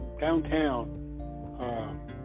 downtown